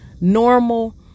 normal